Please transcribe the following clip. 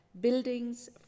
buildings